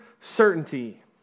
certainty